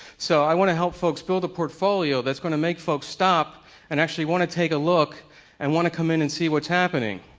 so i want to help folks build a portfolio that's gonna make folks stop and actually want to take a look and want to come in and see what's happening.